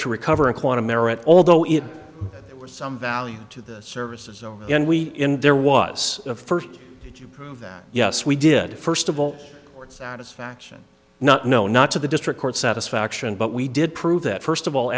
to recover a quantum merit although if it were some value to the services zone and we in there was a first to prove that yes we did first of all that is faction not known not to the district court satisfaction but we did prove that first of all